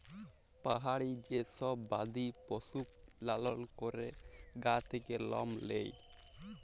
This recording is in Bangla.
পাহাড়ি যে সব বাদি পশু লালল ক্যরে গা থাক্যে লম লেয়